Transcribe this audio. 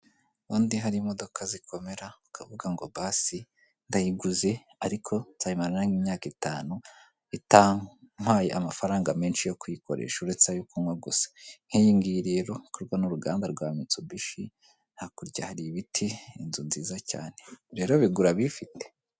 Ubundi hari imodoka zikomera ukavuga ngo basi ndayiguze ariko nzayimarana nk'imyaka itanu itanwaye amafaranga menshi yo kuyikoresha uretse ayo kunywa gusa nk'iyi ngiyi rero ikorwa n'uruganda rwa mitsobishi ,hakurya hari ibiti ,inzu nziza cyane rero bigura abifite.